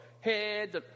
head